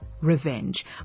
revenge